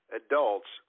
adults